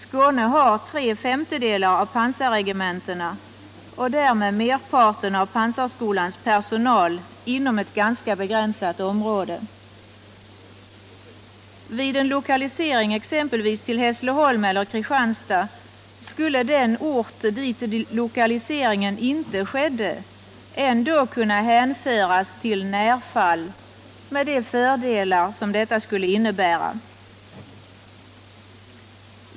Skåne har tre femtedelar av pansarregementena och därmed merparten av pansarskolans personal inom ett ganska begränsat område: Vid en lokalisering exempelvis till Hässleholm eller Kristianstad skulle den ort dit lokaliseringen inte skedde ändå kunna hänföras till ”närfall” med de fördelar detta innebär.